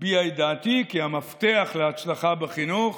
אביע את דעתי כי המפתח להצלחה בחינוך